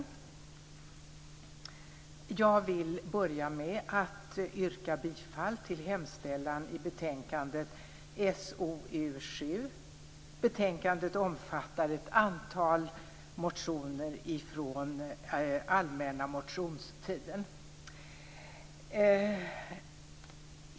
Jag vill börja med att yrka bifall till hemställan i socialutskottets betänkande 7. Betänkandet omfattar ett antal motioner från allmänna motionstiden.